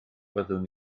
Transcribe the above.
fyddwn